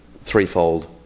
threefold